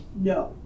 No